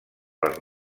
les